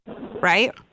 Right